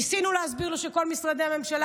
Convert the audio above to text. ניסינו להסביר לו שכל משרדי הממשלה,